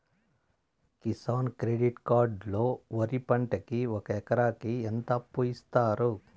Kisan credit card లో వరి పంటకి ఒక ఎకరాకి ఎంత అప్పు ఇస్తారు?